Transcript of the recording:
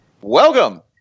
Welcome